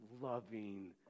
loving